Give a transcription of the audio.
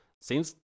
seems